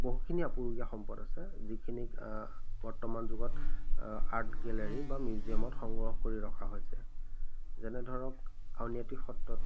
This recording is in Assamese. বহুখিনি আপুৰুগীয়া সম্পদ আছে যিখিনি বৰ্তমান যুগত আৰ্ট গেলেৰি বা মিউজিয়ামত সংগ্ৰহ কৰি ৰখা হৈছে যেনে ধৰক আউনীয়াতী সত্ৰত